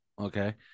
Okay